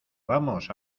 vamos